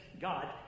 God